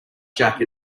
jacket